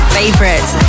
favorites